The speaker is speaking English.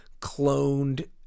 cloned